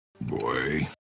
Boy